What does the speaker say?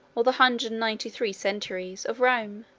or the hundred and ninety-three centuries, of rome.